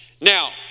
Now